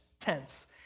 tense